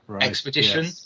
expedition